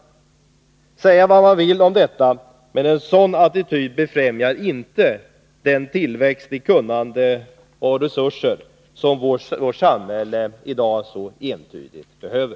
Man kan säga vad man vill om detta, men en sådan attityd befrämjar verkligen inte den tillväxt i fråga om kunnande och resurser som vårt samhälle i dag otvetydigt behöver.